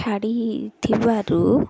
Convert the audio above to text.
ଛାଡ଼ିଥିବାରୁ